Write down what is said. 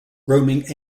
roaming